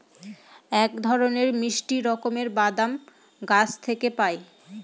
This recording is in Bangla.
এক ধরনের মিষ্টি রকমের বাদাম গাছ থেকে পায়